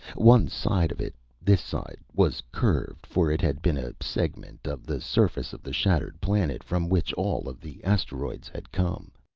one side of it this side was curved for it had been a segment of the surface of the shattered planet from which all of the asteroids had come.